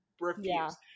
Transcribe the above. refuse